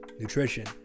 nutrition